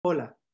Hola